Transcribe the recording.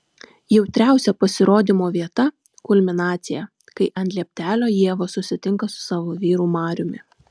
jautriausia pasirodymo vieta kulminacija kai ant lieptelio ieva susitinka su savo vyru mariumi